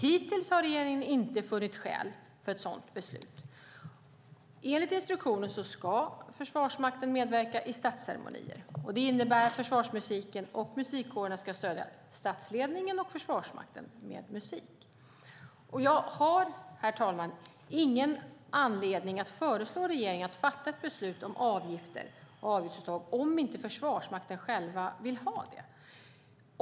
Hittills har regeringen inte funnit skäl för ett sådant beslut. Enligt instruktionen ska Försvarsmakten medverka vid statsceremonier. Det innebär att försvarsmusiken och musikkårerna ska stödja statsledningen och Försvarsmakten med musik. Jag har, herr talman, ingen anledning att föreslå regeringen att fatta ett beslut om avgifter och avgiftsuttag om inte Försvarsmakten själv vill ha det.